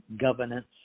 governance